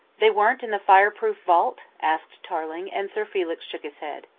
they weren't in the fire-proof vault? asked tarling, and sir felix shook his head.